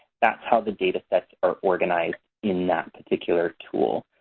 that's how the data sets are organized in that particular tool.